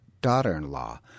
daughter-in-law